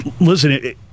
Listen